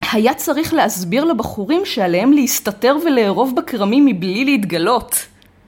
היה צריך להסביר לבחורים שעליהם להסתתר ולארוב בכרמים מבלי להתגלות.